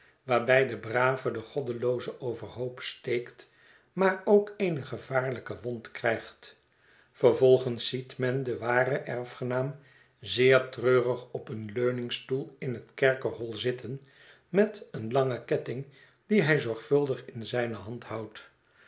waarbij de brave den goddeloozen overhoop steekt maar ook eene gevaarlijke wond krijgt vervolgens ziet men den waren erfgenaam zeer treurig op een leuningstoel in het kerkerhol zitten met een langen ketting dien hij zorgvuldig in zijne hand houdt